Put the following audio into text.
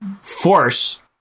force